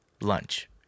lunch